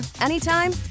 anytime